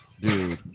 Dude